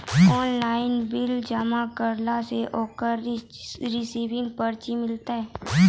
Online bill जमा करला से ओकरौ रिसीव पर्ची मिलतै?